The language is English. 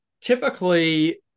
typically